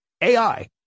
AI